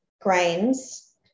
grains